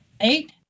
eight